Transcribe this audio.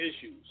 issues